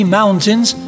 Mountains